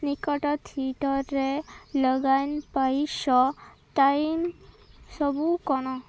ନିକଟ ଥିଏଟର୍ରେ ଲଗାନ୍ ପାଇଁ ଶୋ ଟାଇମ୍ ସବୁ କ'ଣ